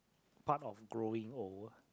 part of growing old